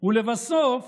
לבסוף